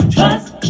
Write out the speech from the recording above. Trust